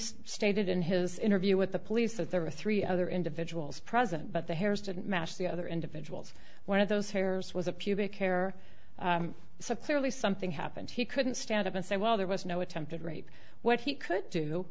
stated in his interview with the police that there were three other individuals present but the hairs didn't match the other individuals one of those hairs was a pubic hair so clearly something happened he couldn't stand up and say well there was no attempted rape what he could do